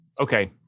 Okay